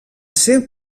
ser